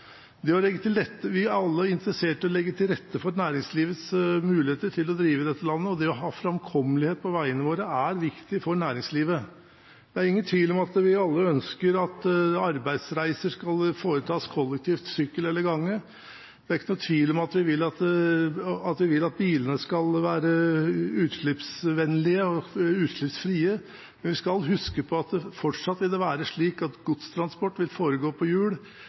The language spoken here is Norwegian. Vi er alle interessert i å legge til rette for næringslivets muligheter til å drive dette landet, og det å ha framkommelighet på veiene våre er viktig for næringslivet. Det er ingen tvil om at vi alle ønsker at arbeidsreiser skal foretas kollektivt, ved sykkel eller gange. Det er ingen tvil om at vi vil at bilene skal være utslippsvennlige – og utslippsfrie. Vi skal huske på at det fortsatt vil være slik at godstransport vil foregå på hjul.